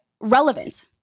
relevant